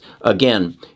again